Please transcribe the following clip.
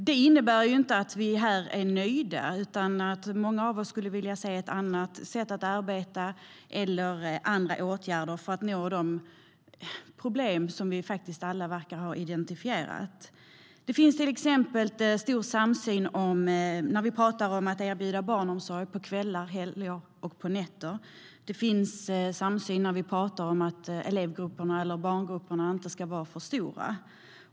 Det innebär inte att vi här är nöjda, utan att många av oss skulle vilja se ett annat sätt att arbeta eller andra åtgärder för att komma till rätta med de problem som vi alla verkar ha identifierat. Det finns till exempel en stor samsyn i frågan om att erbjuda barnomsorg på kvällar, helger och nätter. Det finns samsyn när vi pratar om att barngrupperna inte ska vara för stora.